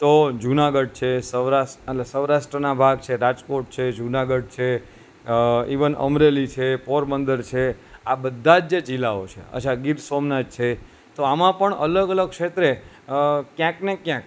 તો જુનાગઢ છે સૌરાષ્ટ્ર અને સૌરાષ્ટ્રના છે રાજકોટ છે જુનાગઢ છે ઇવન અમરેલી છે પોરબંદર છે આ બધા જ જે જિલ્લાઓ છે અચ્છા ગીર સોમનાથ છે તો આમાં પણ અલગ અલગ ક્ષેત્રે ક્યાંક ને ક્યાંક